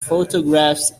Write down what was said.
photographs